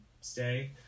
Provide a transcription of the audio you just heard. stay